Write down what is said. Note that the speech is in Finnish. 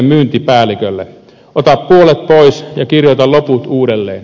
ota puolet pois ja kirjoita loput uudelleen